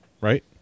right